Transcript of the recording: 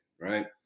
right